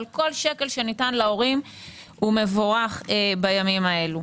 אבל כל שקל שניתן להורים מבורך בימים אלה.